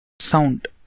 Sound